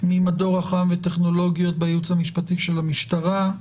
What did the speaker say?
מן הראוי שיהיה נציג או נציגה של משרד הבריאות בדיון.